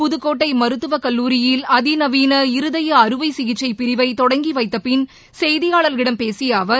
புதுக்கோட்டை மருத்துவக் கல்லூரியில் அதிநவீன இருதய அறுவை சிகிச்சை பிரிவை தொடங்கி வைத்த பின் செய்தியாளர்களிடம் பேசிய அவர்